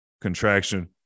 contraction